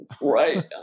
right